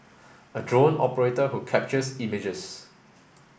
a drone operator who captures images